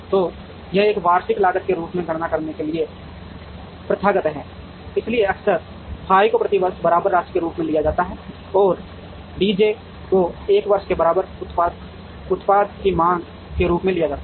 तो यह एक वार्षिक लागत के रूप में गणना करने के लिए प्रथागत है इसलिए अक्सर फाई को प्रति वर्ष बराबर राशि के रूप में लिया जाता है और डी जे को 1 वर्ष के बराबर उत्पाद की मांग के रूप में लिया जाता है